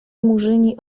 murzyni